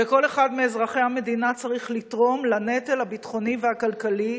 וכל אחד מאזרחי המדינה צריך לתרום לנטל הביטחוני והכלכלי,